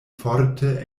forte